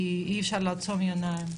כי אי אפשר לעצום עיניים.